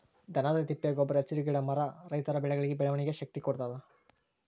ದನದ ತಿಪ್ಪೆ ಗೊಬ್ರ ಹಸಿರು ಗಿಡ ಮರ ರೈತರ ಬೆಳೆಗಳಿಗೆ ಬೆಳವಣಿಗೆಯ ಶಕ್ತಿ ಕೊಡ್ತಾದ